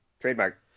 Trademark